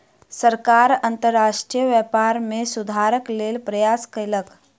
सरकार अंतर्राष्ट्रीय व्यापार में सुधारक लेल प्रयास कयलक